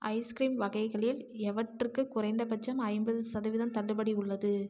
ice cream வகைகளில் எவற்றுக்கு குறைந்தபட்சம் ஐம்பது சதவீதம் தள்ளுபடி உள்ளது